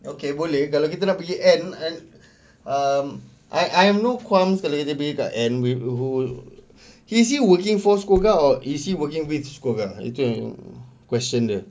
okay boleh kalau kita nak pergi end and um I I am no qualms kalau kita deal kat N with who is he working for SCOGA or is he working with SCOGA itu yang question dia